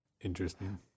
interesting